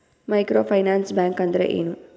Micro finance bank ಅಂದ್ರ ಏನು?